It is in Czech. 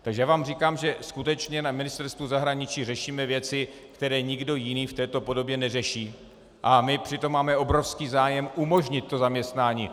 Takže já vám říkám, že skutečně na Ministerstvu zahraniční řešíme věci, které nikdo jiný v této podobě neřeší, a přitom máme obrovský zájem umožnit to zaměstnání.